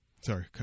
Sorry